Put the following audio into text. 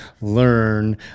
learn